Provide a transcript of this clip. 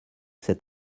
cet